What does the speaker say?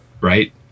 right